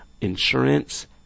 insurance